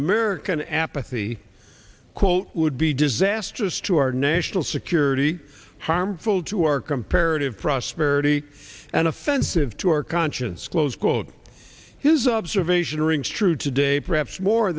american apathy quote would be disastrous to our national security harmful to our comparative prosperity and offensive to our conscience close quote his observation rings true today perhaps more